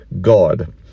God